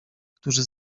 którzy